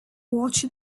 watched